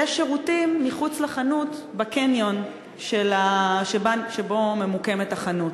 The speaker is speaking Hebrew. יש שירותים מחוץ לחנות, בקניון שבו ממוקמת החנות,